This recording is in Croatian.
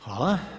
Hvala.